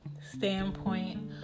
standpoint